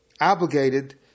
obligated